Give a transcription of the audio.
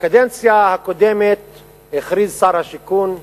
בקדנציה הקודמת הכריז שר השיכון דאז,